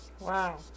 Wow